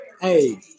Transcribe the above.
hey